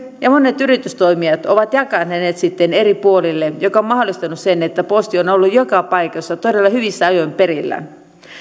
ja monet yritystoimijat ovat jakaneet ne eri puolille mikä on mahdollistanut sen että posti on ollut joka paikassa todella hyvissä ajoin perillä